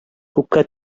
күккә